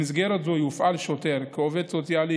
במסגרת זו יופעל שוטר כעובד סוציאלי